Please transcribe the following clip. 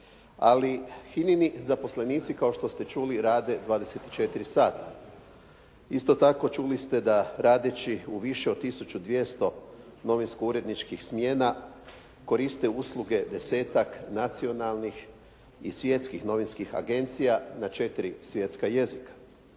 Ali HINA-ni zaposlenici kao što ste čuli rade 24 sata. Isto tako čuli ste da radeći u više od 1200 novinsko-uredničkih smjena koriste usluge desetak nacionalnih i svjetskih novinskih agencija na četiri svjetska jezika.